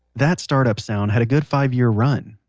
that startup sound had a good five year run,